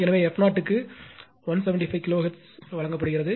எனவே f0 க்கு 175 kilo hertz வழங்கப்படுகிறது